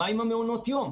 מה עם מעונות היום?